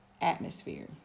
atmosphere